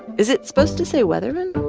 is it supposed to say weathermen?